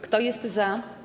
Kto jest za?